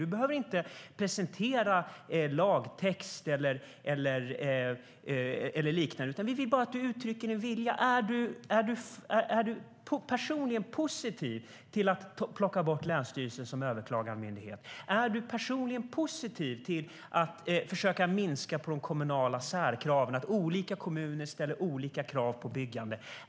Du behöver inte presentera lagtext eller liknande. Vi vill bara att du uttrycker en vilja. Är du personligen positiv till att plocka bort länsstyrelsen som överklagandemyndighet? Är du personligen positiv till att försöka minska de kommunala särkraven där olika kommuner ställer olika krav vid byggande?